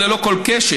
וללא כל קשר,